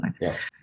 yes